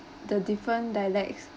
the different dialects